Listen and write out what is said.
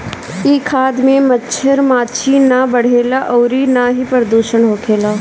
इ खाद में मच्छर माछी ना बढ़ेला अउरी ना ही प्रदुषण होखेला